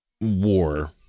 war